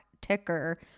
ticker